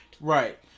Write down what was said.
Right